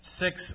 six